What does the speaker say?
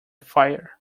fire